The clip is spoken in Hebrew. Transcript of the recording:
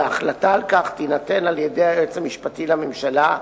והחלטה על כך תינתן על-ידי היועץ המשפטי לממשלה,